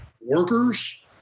workers